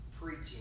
preaching